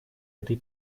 этой